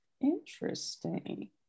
Interesting